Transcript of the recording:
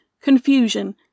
confusion